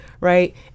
Right